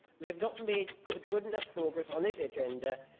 we have not made good good enough progress on this agenda,